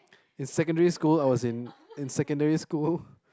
in secondary school I was in in secondary school